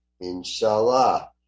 inshallah